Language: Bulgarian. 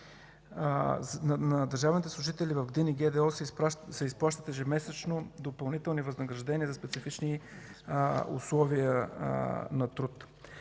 На държавните служители в ГДИН и ГДО се изплащат ежемесечно допълнителни възнаграждения за специфични условия на труд.